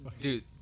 Dude